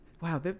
Wow